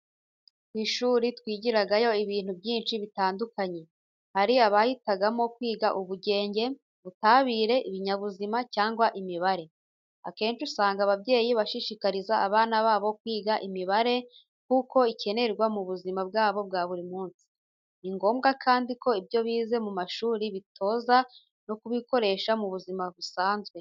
Ku ishuri twigirayo ibintu byinshi bitandukanye. Hari abahitamo kwiga ubugenge, ubutabire, ibinyabuzima cyangwa imibare. Akenshi usanga ababyeyi bashishikariza abana babo kwiga imibare, kuko ikenerwa mu buzima bwa buri munsi. Ni ngombwa kandi ko ibyo bize mu mashuri bitoza no kubikoresha mu buzima busanzwe.